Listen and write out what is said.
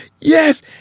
yes